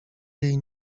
jej